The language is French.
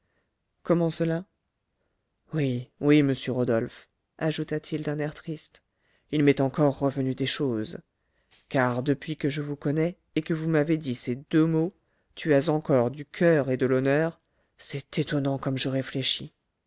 comment cela oui oui monsieur rodolphe ajouta-t-il d'un air triste il m'est encore revenu des choses car depuis que je vous connais et que vous m'avez dit ces deux mots tu as encore du coeur et de l'honneur c'est étonnant comme je réfléchis